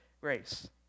grace